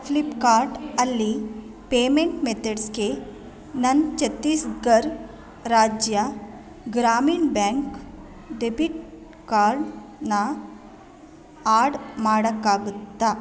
ಫ್ಲಿಪ್ಕಾರ್ಟ್ ಅಲ್ಲಿ ಪೇಮೆಂಟ್ ಮೆತಡ್ಸ್ಗೆ ನನ್ನ ಛತ್ತೀಸ್ಗಢ್ ರಾಜ್ಯ ಗ್ರಾಮೀಣ್ ಬ್ಯಾಂಕ್ ಡೆಬಿಟ್ ಕಾರ್ಡ್ನ ಆ್ಯಡ್ ಮಾಡೋಕ್ಕಾಗತ್ತಾ